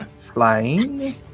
flying